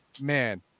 Man